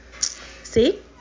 See